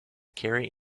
carry